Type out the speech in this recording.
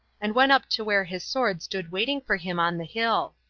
and went up to where his sword stood waiting for him on the hill.